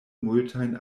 multajn